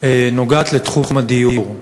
נוגעת לתחום הדיור,